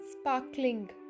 sparkling